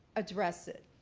address it.